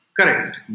Correct